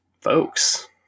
folks